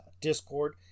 Discord